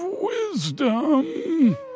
wisdom